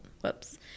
Whoops